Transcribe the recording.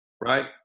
right